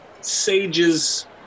sages